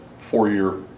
four-year